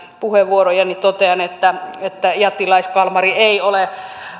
puheenvuoroja niin totean että että jättiläiskalmari ei ole